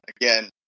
again